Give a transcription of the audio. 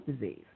disease